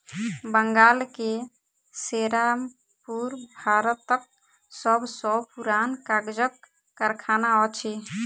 बंगाल के सेरामपुर भारतक सब सॅ पुरान कागजक कारखाना अछि